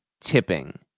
tipping